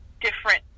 different